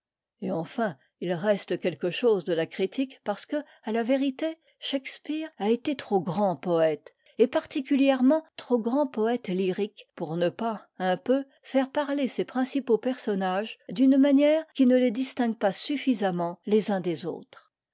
et enfin il reste quelque chose de la critique parce que à la vérité shakespeare a été trop grand poète et particulièrement trop grand poète lyrique pour ne pas un peu faire parler ses principaux personnages d'une manière qui ne les distingue pas suffisamment les uns des autres